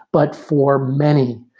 but for many,